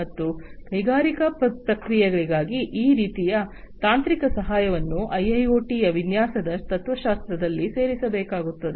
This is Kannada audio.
ಮತ್ತು ಕೈಗಾರಿಕಾ ಪ್ರಕ್ರಿಯೆಗಳಿಗಾಗಿ ಈ ರೀತಿಯ ತಾಂತ್ರಿಕ ಸಹಾಯವನ್ನು ಐಐಓಟಿ ಯ ವಿನ್ಯಾಸ ತತ್ವಶಾಸ್ತ್ರದಲ್ಲಿ ಸೇರಿಸಬೇಕಾಗುತ್ತದೆ